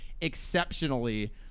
exceptionally